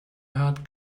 hört